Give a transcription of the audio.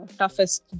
toughest